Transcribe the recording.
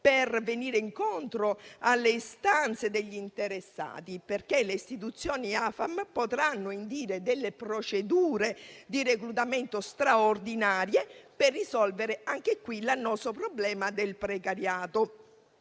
per venire incontro alle istanze degli interessati, perché le istituzioni AFAM potranno indire delle procedure di reclutamento straordinario per risolvere l'annoso problema del precariato;